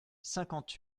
cinquante